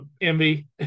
Envy